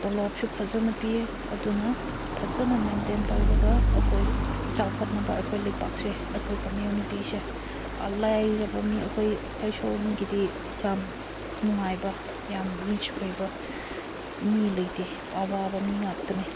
ꯇꯣꯂꯣꯞꯁꯨ ꯐꯖꯅ ꯄꯤꯌꯦ ꯑꯗꯨꯅ ꯐꯖꯅ ꯃꯦꯟꯇꯦꯟ ꯇꯧꯔꯒ ꯑꯩꯈꯣꯏ ꯆꯥꯎꯈꯠꯅꯕ ꯑꯩꯈꯣꯏ ꯂꯩꯄꯥꯛꯁꯦ ꯑꯩꯈꯣꯏ ꯀꯃ꯭ꯌꯨꯅꯤꯇꯤꯁꯦ ꯂꯥꯏꯔꯕ ꯃꯤ ꯑꯩꯈꯣꯏ ꯑꯩꯈꯣꯏ ꯁꯣꯝꯒꯤꯗꯤ ꯌꯥꯝ ꯅꯨꯡꯉꯥꯏꯕ ꯌꯥꯝ ꯔꯤꯆ ꯑꯣꯏꯕ ꯃꯤ ꯂꯩꯇꯦ ꯑꯋꯥꯕ ꯃꯤ ꯉꯥꯛꯇꯅꯦ